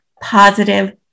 positive